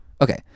Okay